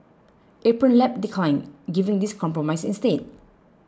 Apron Lab declined giving this compromise instead